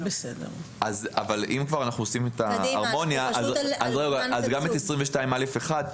אם עושים את ההרמוניה גם 22א1,